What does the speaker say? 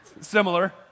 Similar